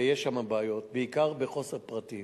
ויש שם בעיות בעיקר בחוסר פרטים,